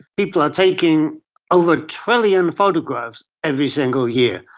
people are taking over a trillion photographs every single year.